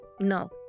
no